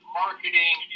marketing